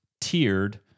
tiered